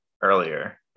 earlier